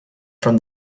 from